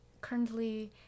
currently